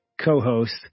co-host